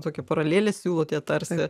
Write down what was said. tokią paralelę siūlote tarsi